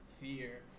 fear